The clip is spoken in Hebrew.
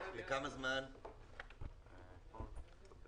הוא אומר שרק אם הם פוטרו.